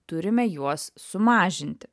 turime juos sumažinti